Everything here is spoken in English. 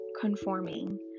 conforming